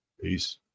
Peace